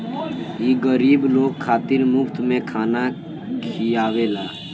ई गरीब लोग खातिर मुफ्त में खाना खिआवेला